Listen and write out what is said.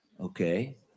Okay